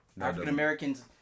African-Americans